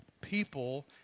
people